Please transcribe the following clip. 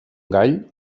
gall